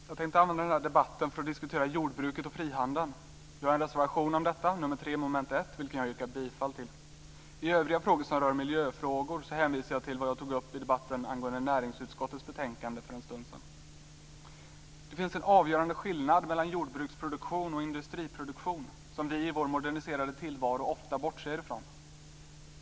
Herr talman! Jag tänkte använda den här debatten till att diskutera jordbruket och frihandeln. Vi har en reservation om detta, nr 3 mom. 1, vilken jag yrkar bifall till. I övriga frågor som rör miljöfrågor hänvisar jag till vad jag tog upp i debatten angående näringsutskottets betänkande för en stund sedan. Det finns en avgörande skillnad mellan jordbruksproduktion och industriproduktion, som vi i vår moderniserade tillvaro ofta bortser ifrån.